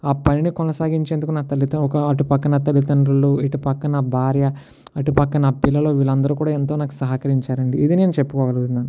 ఆ పనిని కొనసాగించేందుకు నా తల్లితో ఒక అటు పక్క నా తల్లితండ్రులు ఇటు పక్క నా భార్య అటుపక్క నా పిల్లలు వీళ్ళు అందరు కూడా ఎంతో నాకు సహకరించారు అండి ఇది నేను చెప్పుకోగలుగుతున్నాను